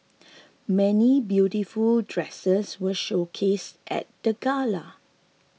many beautiful dresses were showcased at the gala